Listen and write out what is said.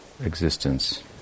existence